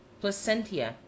Placentia